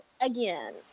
again